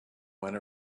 went